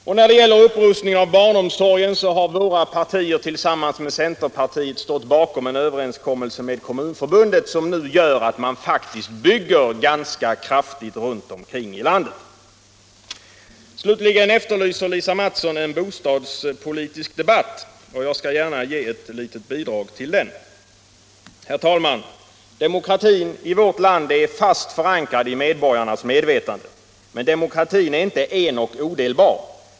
Och när det gäller upprustning av barnomsorgen har folkpartiet och socialdemokraterna tillsammans med centerpartiet stått bakom en överenskommelse med Kommunförbundet som nu gör att man faktiskt bygger ganska kraftigt runt omkring i landet. Slutligen efterlyste Lisa Mattson en bostadspolitisk debatt, och jag skall gärna ge ett litet bidrag till den. Herr talman! Demokratin i vårt land är fast förankrad i medborgarnas medvetande. Men demokratin är inte en och odelbar.